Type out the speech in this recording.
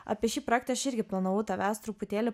apie šį projektą aš irgi planavau tavęs truputėlį